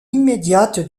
immédiate